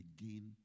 again